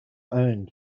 owned